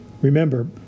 Remember